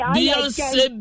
Beyonce